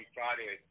Friday